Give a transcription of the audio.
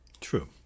true